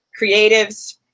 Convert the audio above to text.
creatives